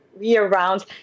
year-round